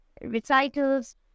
recitals